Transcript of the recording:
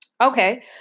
Okay